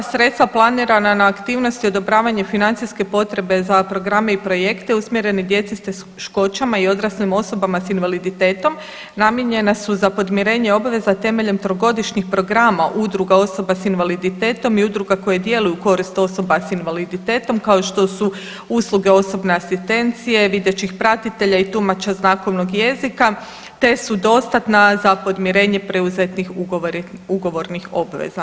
Sredstva planirana na aktivnosti odobravanje financijske potrebe za programe i projekte usmjerene djeci s teškoćama i odraslim osobama s invaliditetom namijenjena su za podmirenja obveza temeljem trogodišnjih programa udruga osoba s invaliditetom i udruga koje djeluju u korist osoba s invaliditetom kao što su usluge osobne asistencije, videćih pratitelja i tumača znakovnog jezika te su dostatna za podmirenje preuzetih ugovornih obveza.